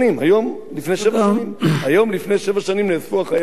היום לפני שבע שנים נאבקו החיילים,